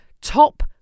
Top